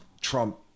Trump